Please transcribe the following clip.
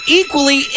equally